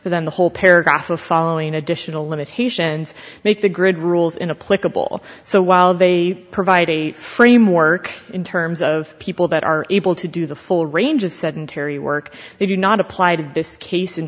within the whole paragraph or following additional limitations make the grid rules in a political so while they provide a framework in terms of people that are able to do the full range of sedentary work they do not apply to this case in